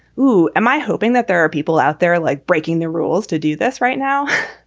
who am i hoping that there are people out there like breaking the rules to do this right now?